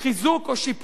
חיזוק או שיפור